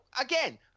again